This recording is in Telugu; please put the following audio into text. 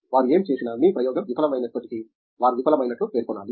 వారు ఏమి చేసినా మీ ప్రయోగం విఫలమైనప్పటికీ వారు విఫలమైనట్లు పేర్కొనాలి